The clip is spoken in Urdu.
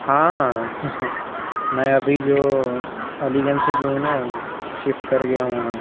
ہاں میں ابھی جو علی گنج سے جو ہوں نا شفٹ کر گیا وہاں